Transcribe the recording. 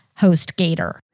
HostGator